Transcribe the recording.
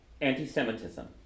anti-Semitism